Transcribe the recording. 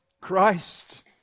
Christ